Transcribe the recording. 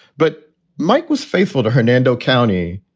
but mike was faithful to hernando county,